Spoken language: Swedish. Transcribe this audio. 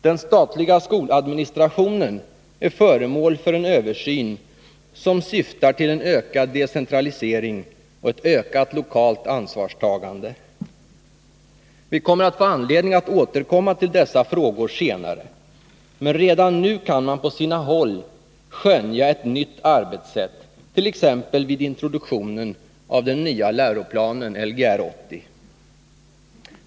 Den statliga skoladministrationen är föremål för en översyn som syftar till en ökad decentralisering och ett ökat lokalt ansvarstagande, Vi kommer att få anledning att återkomma till dessa frågor senare, men redan nu kan man på sina håll skönja ett nytt arbetssätt, t.ex. vid introduktionen av den nya läroplanen Lgr 80.